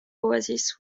oasis